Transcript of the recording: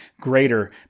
greater